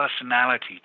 personality